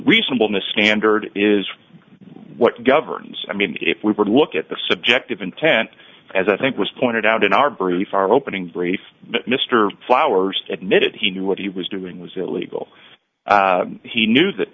reasonableness candor is what governs i mean if we were to look at the subjective intent as i think was pointed out in our brief our opening brief mr flowers admitted he knew what he was doing was illegal he knew that